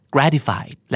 Gratified